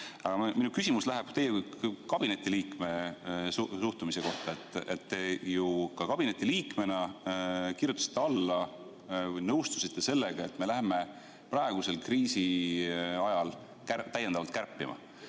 Aga minu küsimus on teie kui kabinetiliikme suhtumise kohta. Te ju ka kabinetiliikmena kirjutasite alla, nõustusite sellega, et me lähme praegusel kriisiajal täiendavalt kärpima.